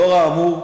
לאור האמור,